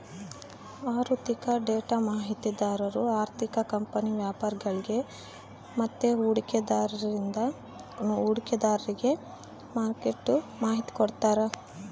ಆಋಥಿಕ ಡೇಟಾ ಮಾಹಿತಿದಾರು ಆರ್ಥಿಕ ಕಂಪನಿ ವ್ಯಾಪರಿಗುಳ್ಗೆ ಮತ್ತೆ ಹೂಡಿಕೆದಾರ್ರಿಗೆ ಮಾರ್ಕೆಟ್ದು ಮಾಹಿತಿ ಕೊಡ್ತಾರ